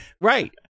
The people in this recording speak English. Right